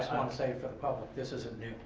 say, for the public this isn't new.